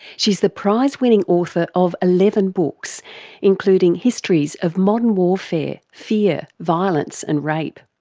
she's the prize-winning author of eleven books including histories of modern warfare, fear, violence, and rape.